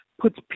puts